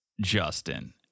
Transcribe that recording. Justin